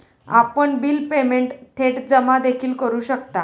आपण bill payment थेट जमा देखील करू शकता